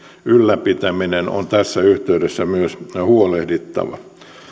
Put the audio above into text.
ylläpitämisestä on tässä yhteydessä myös huolehdittava